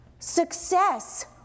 Success